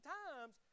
times